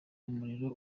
umuriro